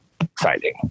exciting